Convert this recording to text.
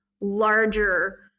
larger